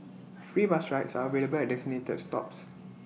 free bus rides are available at designated stops